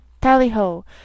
Tally-ho